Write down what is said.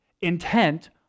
intent